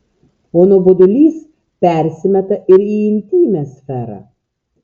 o nuobodulys persimeta ir į intymią sferą